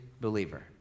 believer